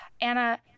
Anna